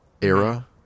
era